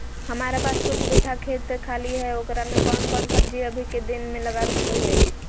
हमारा पास कुछ बिठा खेत खाली है ओकरा में कौन कौन सब्जी अभी के दिन में लगा सको हियय?